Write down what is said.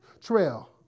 trail